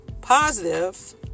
positive